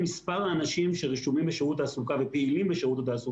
זו בעיה של יותר ויותר אנשים כי מעבירים סמכויות לפיקוד העורף.